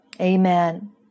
amen